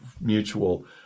mutual